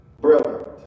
Brilliant